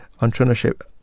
entrepreneurship